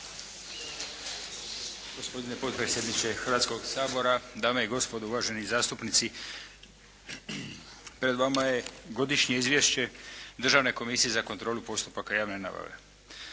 Gospodine potpredsjedniče Hrvatskog sabora, dame i gospodo uvaženi zastupnici. Pred vama je godišnje Izvješće Državne komisije za kontrolu postupaka javne nabave.